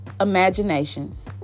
imaginations